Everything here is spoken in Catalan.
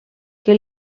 que